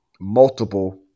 multiple –